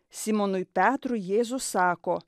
simonui petrui jėzus sako